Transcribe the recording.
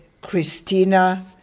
Christina